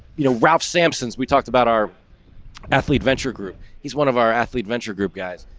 you know, ralph sampson's. we talked about our athlete venture group. he's one of our athlete venture group guys